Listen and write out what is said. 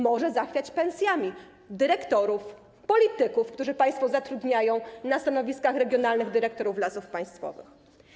Może zachwiać pensjami dyrektorów, polityków, których państwo zatrudniają na stanowiskach regionalnych dyrektorów Lasów Państwowych.